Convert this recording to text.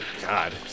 God